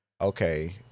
okay